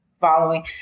following